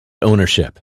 ownership